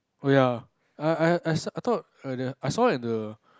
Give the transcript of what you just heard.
oh ya I I I se~ I thought earlier I saw at the